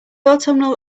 autumnal